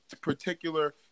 particular